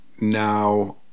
now